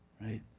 right